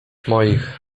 moich